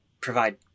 provide